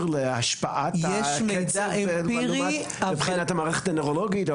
להשפעת הקצף מבחינת המערכת הנוירולוגית.